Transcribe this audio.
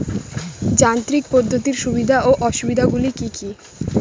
যান্ত্রিক পদ্ধতির সুবিধা ও অসুবিধা গুলি কি কি?